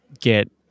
get